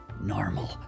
normal